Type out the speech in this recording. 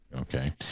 okay